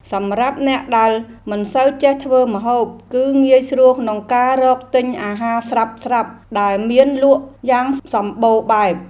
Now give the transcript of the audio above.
សម្រាប់អ្នកដែលមិនសូវចេះធ្វើម្ហូបគឺងាយស្រួលក្នុងការរកទិញអាហារស្រាប់ៗដែលមានលក់យ៉ាងសម្បូរបែប។